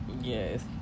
Yes